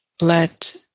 let